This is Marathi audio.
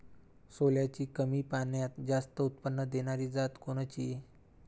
सोल्याची कमी पान्यात जास्त उत्पन्न देनारी जात कोनची?